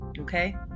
okay